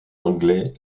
anglais